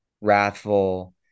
wrathful